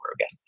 again